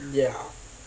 ya